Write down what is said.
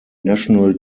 national